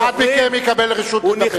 אחד מכם יקבל רשות לדבר.